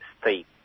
state